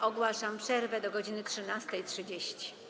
Ogłaszam przerwę do godz. 13.30.